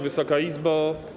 Wysoka Izbo!